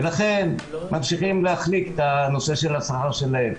ולכן ממשיכים להחליק את הנושא של השכר שלהן.